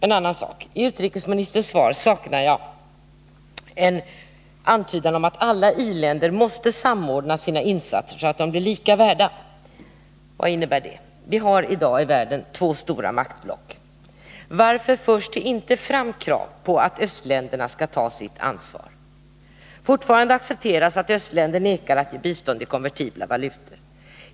En annan sak: I utrikesministerns svar saknar jag en antydan om att alla i-länder måste samordna sina insatser så att de blir lika värda. Vad innebär det? Vi har i dag i världen två stora maktblock. Varför förs det inte fram krav på att östländerna skall ta sitt ansvar? Fortfarande accepteras att östländer vägrar att ge bistånd i konvertibla valutor.